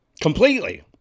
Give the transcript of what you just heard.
completely